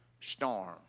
storm